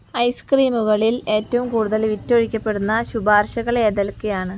ഐസ്ക്രീമുകളിൽ ഏറ്റവും കൂടുതൽ വിറ്റഴിക്കപ്പെടുന്ന ശുപാർശകൾ ഏതൊക്കെയാണ്